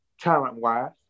talent-wise